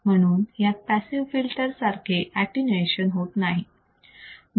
म्हणून यात passive filter सारखे एटीन्यूयेशन होत नाही